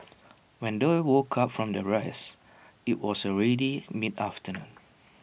when they woke up from their rest IT was already mid afternoon